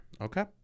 Okay